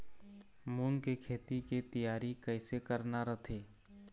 मूंग के खेती के तियारी कइसे करना रथे?